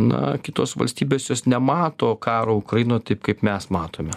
na kitos valstybės jos nemato karo ukrainoje taip kaip mes matome